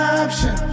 option